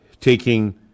taking